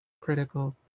critical